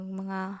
mga